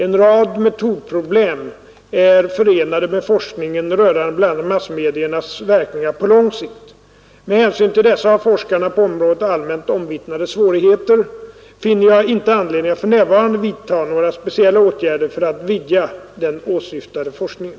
En rad metodproblem är förenade med forskningen rörande bl.a. massmediernas verkningar på lång sikt. Med hänsyn till dessa av forskarna på området allmänt omvittnade svårigheter finner jag inte anledning att för närvarande vidta några speciella åtgärder för att vidga den åsyftade forskningen.